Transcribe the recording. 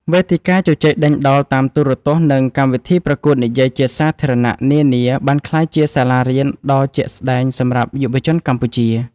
វេទិកាជជែកដេញដោលតាមទូរទស្សន៍ និងកម្មវិធីប្រកួតនិយាយជាសាធារណៈនានា បានក្លាយជាសាលារៀនដ៏ជាក់ស្ដែងសម្រាប់យុវជនកម្ពុជា។